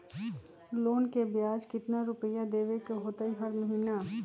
Loan के ब्याज कितना रुपैया देबे के होतइ हर महिना?